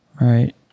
right